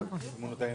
ודאי.